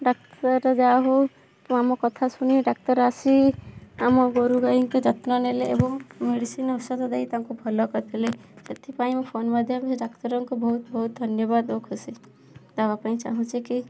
ଡାକ୍ତର ଯାହା ହଉ ଆମ କଥା ଶୁଣି ଡାକ୍ତର ଆସି ଆମ ଗୋରୁ ଗାଈଙ୍କ ଯତ୍ନ ନେଲେ ଏବଂ ମେଡ଼ିସିନ୍ ଔଷଦ ଦେଇ ତାଙ୍କୁ ଭଲ କରିଦେଲେ ସେଥିପାଇଁ ମୁଁ ଫୋନ୍ ମାଧ୍ୟମରେ ଡାକ୍ତରଙ୍କୁ ବହୁତ୍ ବହୁତ୍ ଧନ୍ୟବାଦ ଓ ଖୁସି ଦବା ପାଇଁ ଚାହୁଁଛି କି